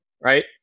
Right